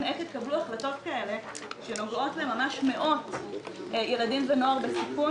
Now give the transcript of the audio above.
איך התקבלו ההחלטות המדוברות שנוגעות למאות ילדים ונוער בסיכון,